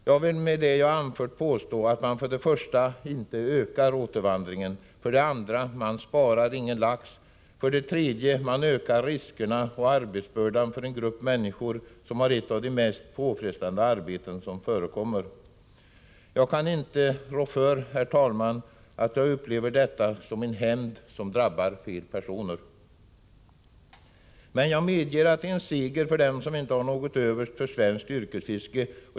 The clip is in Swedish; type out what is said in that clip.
Jag vill med stöd av det jag har anfört påstå för det första att man inte ökar återvandringen, för det andra att man inte sparar någon lax och för det tredje att man ökar riskerna och arbetsbördan för en grupp människor som har ett av de mest påfrestande arbeten som förekommer. Jag kan inte rå för, herr talman, att jag upplever detta som en hämnd som drabbar fel personer. Men jag medger att det är en seger för dem som inte har något till övers för svenskt yrkesfiske.